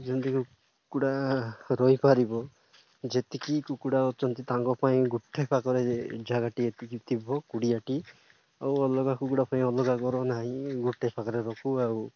ଯେମିତି କୁକୁଡ଼ା ରହିପାରିବ ଯେତିକି କୁକୁଡ଼ା ଅଛନ୍ତି ତାଙ୍କ ପାଇଁ ଗୋଟେ ପାଖରେ ଜାଗାଟି ଏତିକି ଥିବ କୁଡ଼ିଆଟି ଆଉ ଅଲଗା କୁକୁଡ଼ା ପାଇଁ ଅଲଗା କର ନାହିଁ ଗୋଟେ ପାଖରେ ରଖୁ ଆଉ